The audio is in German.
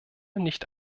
nicht